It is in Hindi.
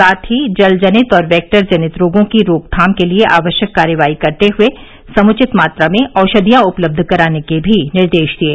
साथ ही जलजनित और वेक्टर जनित रोगों की रोकथाम के लिये आवश्यक कार्रवाई करते हुये समुचित मात्रा में औषधियां उपलब्ध कराने के भी निर्देश दिये